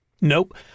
Nope